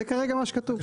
זה כרגע מה שכתוב.